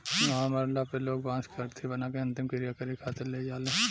इहवा मरला पर लोग बांस के अरथी बना के अंतिम क्रिया करें खातिर ले जाले